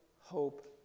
hope